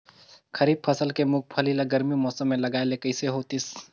खरीफ फसल के मुंगफली ला गरमी मौसम मे लगाय ले कइसे होतिस?